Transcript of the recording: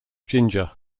ginger